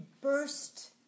burst